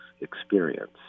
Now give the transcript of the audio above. experience